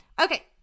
Okay